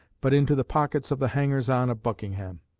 but into the pockets of the hangers-on of buckingham.